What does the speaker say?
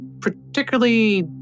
particularly